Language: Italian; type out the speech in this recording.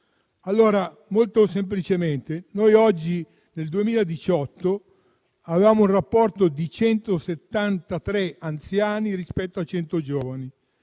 Allora, molto semplicemente, nel 2018 avevamo un rapporto di 173 anziani ogni 100 giovani.